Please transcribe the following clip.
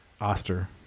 Oster